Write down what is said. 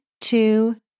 two